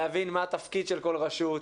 להבין מה התפקיד של כל רשות,